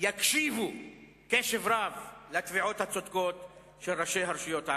יקשיבו קשב רב לתביעות הצודקות של ראשי הרשויות הערביות.